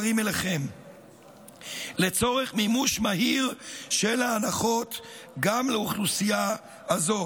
אליכם לצורך מימוש מהיר של ההנחות גם לאוכלוסייה הזו.